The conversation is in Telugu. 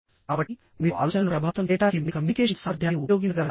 కాబట్టి మీరు ఆలోచనను ప్రభావితం చేయడానికి మీ కమ్యూనికేషన్ సామర్థ్యాన్ని ఉపయోగించగలగాలి